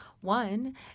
One